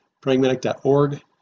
pragmatic.org